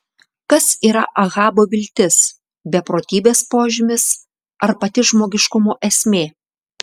kas yra ahabo viltis beprotybės požymis ar pati žmogiškumo esmė